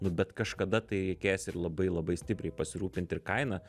nu bet kažkada tai reikės ir labai labai stipriai pasirūpinti ir kaina